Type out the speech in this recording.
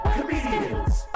Comedians